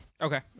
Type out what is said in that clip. Okay